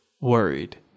worried